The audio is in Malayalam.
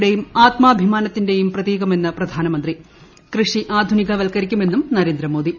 യുടെയും ആത്മാഭിമാനത്തിന്റെയും പ്രതീകമെന്ന് പ്രധാനമന്ത്രി കൃഷി ആധുനികവൽക്കരിക്കുമെന്നും നരേന്ദ്രമോദി